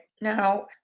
Now